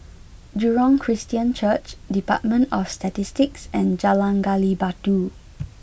Jurong Christian Church Department of Statistics and Jalan Gali Batu